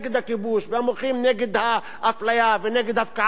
והמוחים נגד האפליה ונגד הפקעת הקרקעות?